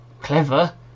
clever